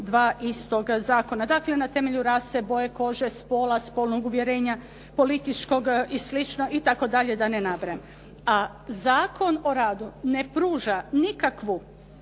2. iz toga zakona. Dakle, na temelju rase, boje kože, spola, spolnog uvjerenja, političkog i slično, itd., da ne nabrajam. A Zakon o radu ne pruža nikakvu